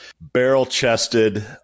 barrel-chested